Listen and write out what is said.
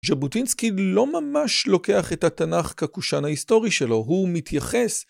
ז'בוטינסקי לא ממש לוקח את התנ''ך כקושן ההיסטורי שלו, הוא מתייחס